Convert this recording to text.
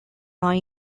are